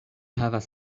havas